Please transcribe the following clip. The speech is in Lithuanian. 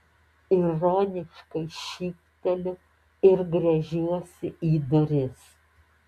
ironiškai šypteliu ir gręžiuosi į duris